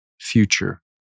future